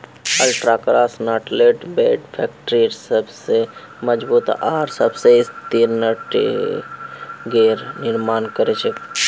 ultra cross knotless web factory सबस मजबूत आर सबस स्थिर नेटिंगेर निर्माण कर छेक